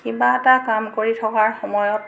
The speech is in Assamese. কিবা এটা কাম কৰি থকাৰ সময়ত